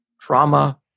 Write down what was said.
trauma